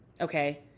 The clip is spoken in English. okay